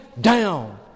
down